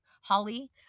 holly